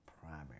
primary